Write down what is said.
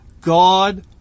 God